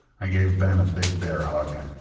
i gave ben a big bear hug,